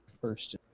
first